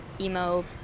emo